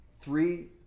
three